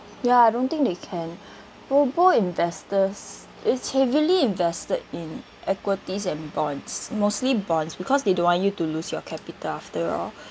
ya I don't think they can robo investors it's heavily invested in equities and bonds mostly bonds because they don't want you to lose your capital after all